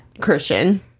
Christian